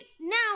now